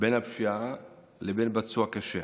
בין הפשיעה לבין פצוע קשה.